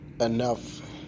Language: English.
enough